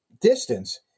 distance